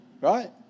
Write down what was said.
right